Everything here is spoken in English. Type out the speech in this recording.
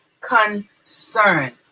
concern